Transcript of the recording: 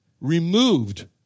removed